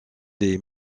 les